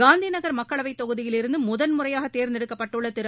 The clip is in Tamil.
காந்தி நகர் மக்களவைத் தொகுதியிலிருந்து முதன்முறையாக தேர்ந்தெடுக்கப்பட்டுள்ள திரு